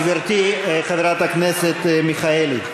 גברתי, חברת הכנסת מיכאלי.